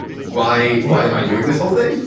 why? why am i doing this whole thing?